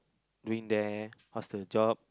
doing there how's the job